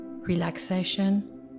relaxation